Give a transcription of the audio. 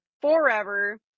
forever